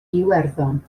iwerddon